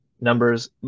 numbers